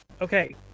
okay